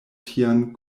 tian